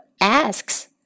asks